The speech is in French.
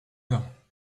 heure